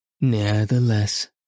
Nevertheless